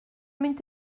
mynd